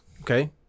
Okay